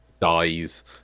dies